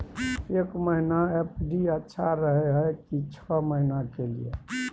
एक महीना एफ.डी अच्छा रहय हय की छः महीना के लिए?